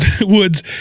Woods